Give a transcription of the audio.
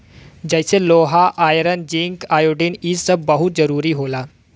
जइसे लोहा iron zinc iodine इ सब बहुत जरूरी होला